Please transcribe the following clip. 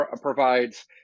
provides